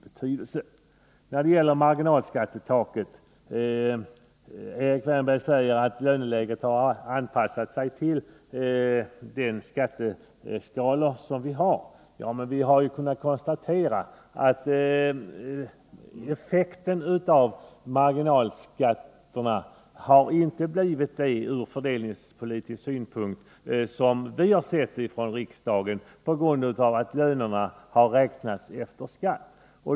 Beträffande marginalskattetaket säger Erik Wärnberg att löneläget har anpassats till de skatteskalor som gäller. Men vi har ju kunnat konstatera att effekten av marginalskatterna ur fördelningspolitisk synpunkt inte har blivit den som vi från riksdagens sida hade avsett, eftersom man har sett till lönernas storlek efter skatt.